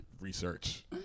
research